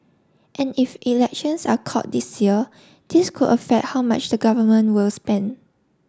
and if elections are called this year this could affect how much the government will spend